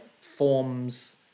forms